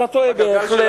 אתה טועה בהחלט.